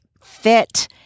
fit